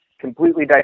completely